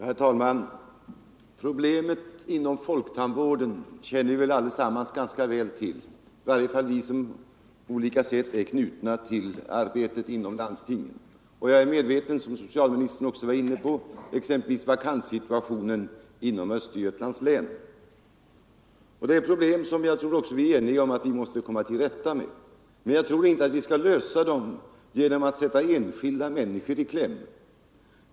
Herr talman! Problemen inom folktandvården känner vi alla ganska väl till — i varje fall vi som på olika sätt är knutna till arbetet inom landstingen. Jag är medveten om exempelvis vakanssituationen inom Östergötlands län. Det är problem som jag tror att vi är överens om att vi måste komma till rätta med. Men jag tror inte att vi skall lösa dem genom att sätta enskilda människor i kläm.